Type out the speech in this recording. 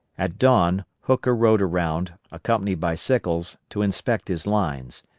at dawn hooker rode around, accompanied by sickles, to inspect his lines.